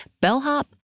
bellhop